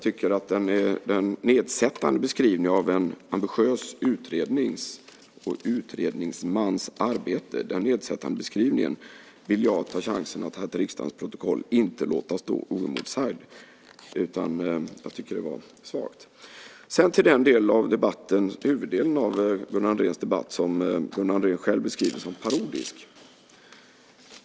Denna nedsättande beskrivning av en ambitiös utrednings och utredningsmans arbete vill jag ta chansen att i riksdagens protokoll inte låta stå oemotsagd; jag tycker att det var svagt. Sedan till huvuddelen av Gunnar Andréns debatt, som Gunnar Andrén själv beskriver som parodisk.